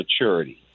maturity